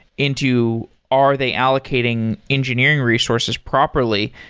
into are they allocating engineering resources properly.